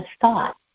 thought